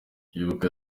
ibuka